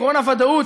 עקרון הוודאות,